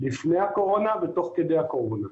לפני הקורונה ותוך כדי הקורונה.